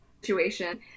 situation